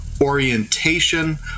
orientation